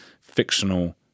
fictional